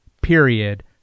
period